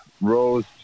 rose